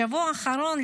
בשבוע האחרון,